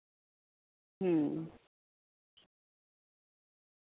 ᱦᱩᱸ